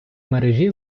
мережі